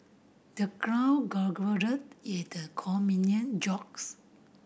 the crowd at the comedian jokes